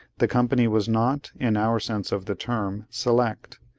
the company was not, in our sense of the term, select,